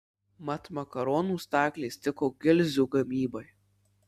mat makaronų staklės tiko gilzių gamybai